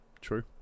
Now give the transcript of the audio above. true